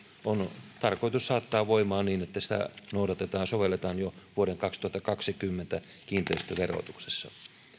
on tarkoitus saattaa voimaan niin että sitä noudatetaan ja sovelletaan jo vuoden kaksituhattakaksikymmentä kiinteistöverotuksessa